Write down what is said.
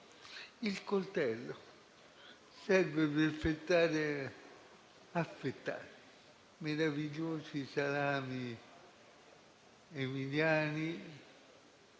Il coltello serve per affettare meravigliosi salami emiliani,